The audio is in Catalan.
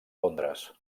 londres